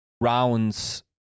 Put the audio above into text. rounds